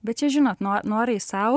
bet čia žinot no norai sau